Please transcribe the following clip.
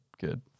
good